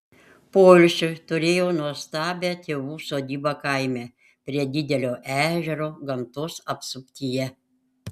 poilsiui turėjau nuostabią tėvų sodybą kaime prie didelio ežero gamtos apsuptyje